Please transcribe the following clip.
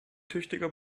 tüchtiger